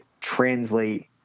translate